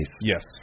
Yes